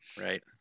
right